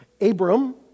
Abram